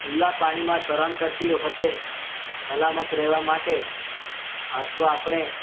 ખુલ્લાં પાણીમાં તરણ કરતી વખતે સલામત રહેવા માટે ખાસ તો આપણે